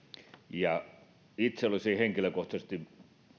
itse olisin henkilökohtaisesti